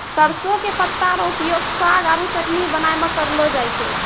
सरसों के पत्ता रो उपयोग साग आरो चटनी बनाय मॅ करलो जाय छै